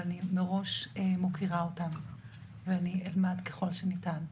אבל אני מראש מוקירה אותן ואני אלמד ככול שניתן.